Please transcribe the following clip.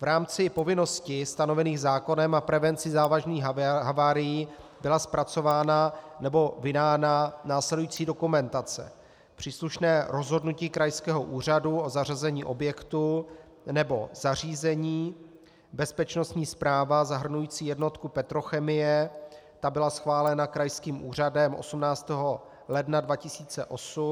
V rámci povinností stanovených zákonem a prevencí závažných havárií byla zpracována nebo vydána následující dokumentace: příslušné rozhodnutí krajského úřadu o zařazení objektu nebo zařízení, bezpečnostní zpráva zahrnující jednotku Petrochemie, ta byla schválena krajským úřadem 18. ledna 2008.